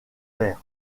verts